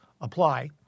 apply